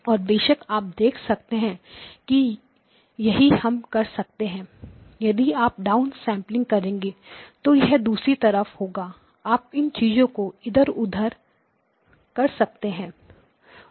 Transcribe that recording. और बेशक आप देख सकते हैं कि यही हम कर सकते हैं यदि आप डाउनसेंपलिंग करेंगे तो यह दूसरी तरफ होगा आप इन चीजों को इधर उधर सकते हैं